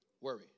Worry